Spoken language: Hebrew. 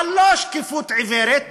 אבל לא שקיפות עיוורת,